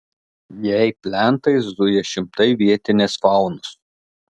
jei plentais zuja šimtai vietinės faunos